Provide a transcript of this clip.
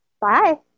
Bye